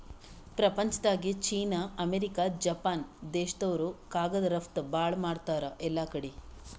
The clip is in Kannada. ಪ್ರಪಂಚ್ದಾಗೆ ಚೀನಾ, ಅಮೇರಿಕ, ಜಪಾನ್ ದೇಶ್ದವ್ರು ಕಾಗದ್ ರಫ್ತು ಭಾಳ್ ಮಾಡ್ತಾರ್ ಎಲ್ಲಾಕಡಿ